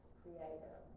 creator